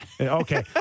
Okay